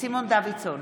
סימון דוידסון,